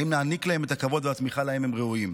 האם נעניק להם את הכבוד והתמיכה שלהם הם ראויים?